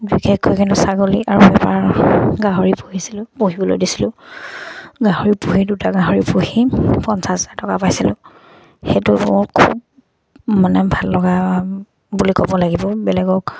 বিশেষকৈ কিন্তু ছাগলী আৰু বেপাৰ গাহৰি পুহিছিলোঁ পুহিবলৈ দিছিলোঁ গাহৰি পুহি দুটা গাহৰি পুহি পঞ্চাছ হাজাৰ টকা পাইছিলোঁ সেইটো মোৰ খুব মানে ভাল লগা বুলি ক'ব লাগিব বেলেগক